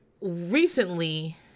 recently